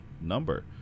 number